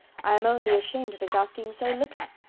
i am only ashamed of his asking so little.